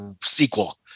sequel